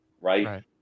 right